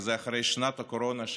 וזה אחרי שנת הקורונה,